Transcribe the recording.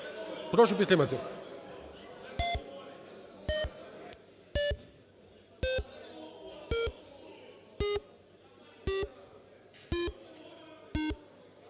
Прошу підтримати.